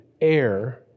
air